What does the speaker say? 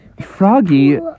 Froggy